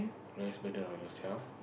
less burden on yourself